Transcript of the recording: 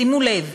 שימו לב: